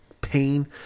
pain